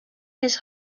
his